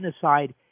genocide